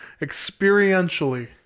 experientially